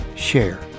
share